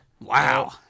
Wow